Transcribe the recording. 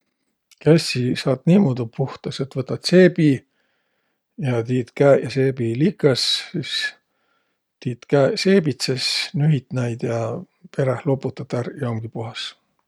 Kässi saat niimuudu puhtas, et võtat seebi ja tiit käeq ja seebi likõs, sis tiit käeq seebitses, nühit näid ja peräh loputat ärq ja umgi puhas.